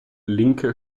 linke